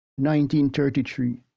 1933